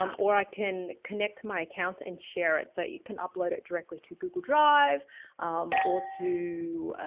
um or i can connect my account and share it so you can upload it directly to google drive or to,